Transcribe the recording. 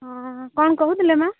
ହଁ କ'ଣ କହୁଥିଲେ ମ୍ୟାମ୍